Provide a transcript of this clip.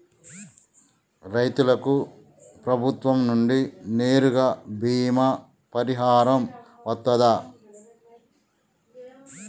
రైతులకు ప్రభుత్వం నుండి నేరుగా బీమా పరిహారం వత్తదా?